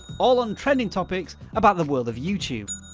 all on trending topics about the world of youtube.